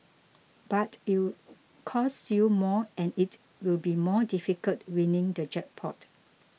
but it'll cost you more and it will be more difficult winning the jackpot